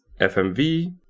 FMV